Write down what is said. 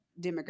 Demographic